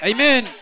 Amen